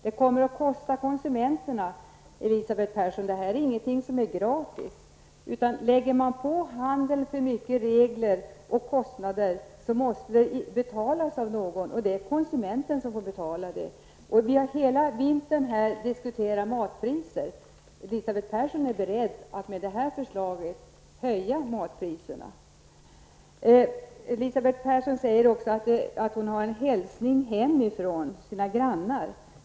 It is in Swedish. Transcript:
Det är ingenting som är gratis, Elisabeth Persson, utan lägger man på handeln för mycket regler och kostnader, måste det betalas av någon. Det är konsumenten som får betala. Hela vintern har vi diskuterat matpriser. Elisabeth Persson är beredd att med den här lagen höja matpriserna. Elisabeth Persson säger också att hon har en hälsning från sina grannar.